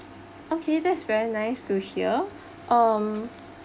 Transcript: okay that's very nice to hear um